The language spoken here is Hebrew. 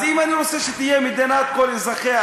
אז אם אני רוצה שתהיה מדינת כל אזרחיה,